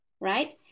right